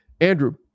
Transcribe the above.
andrew